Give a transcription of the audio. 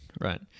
Right